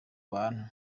bantu